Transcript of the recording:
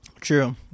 True